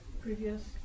previous